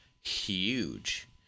huge